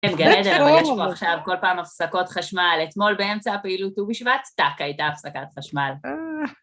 גן עדן, אבל יש פה עכשיו כל פעם הפסקות חשמל. אתמול באמצע הפעילות ט"ו בשבט טק הייתה הפסקת חשמל.